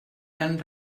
tan